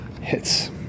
Hits